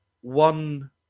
one